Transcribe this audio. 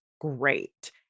great